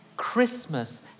Christmas